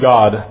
God